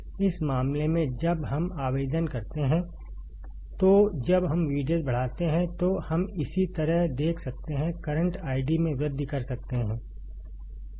इस मामले में जब हम आवेदन करते हैं तो जब हम VDS बढ़ाते हैं तो हम इसी तरह देख सकते हैं करंट आईडी में वृद्धि कर सकते हैं